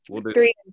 Three